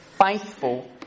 faithful